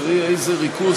תראי איזה ריכוז,